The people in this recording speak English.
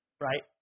Right